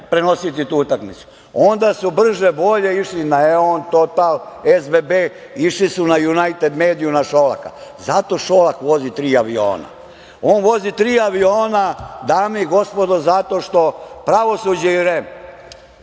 prenositi tu utakmicu, onda su brže bolje išli na „Eon“, „Total“, „SBB“, išli su na „Junajted mediju“, na Šolaka. Zato Šolak vozi tri aviona. On vozi tri aviona, dame i gospodo, zato što pravosuđe i REM